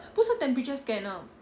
不是 temperatures scanner